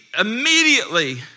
immediately